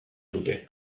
dute